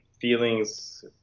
feelings